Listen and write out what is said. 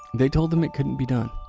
they told him it couldn't be done.